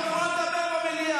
את לא אמורה לדבר במליאה.